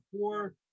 four